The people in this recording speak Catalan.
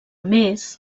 més